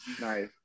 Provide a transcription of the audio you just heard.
Nice